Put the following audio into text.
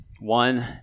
One